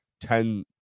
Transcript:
ten